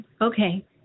Okay